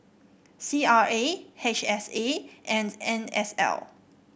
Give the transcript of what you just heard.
C R A H S A and N S L